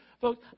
Folks